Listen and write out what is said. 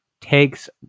takes